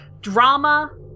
drama